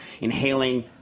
inhaling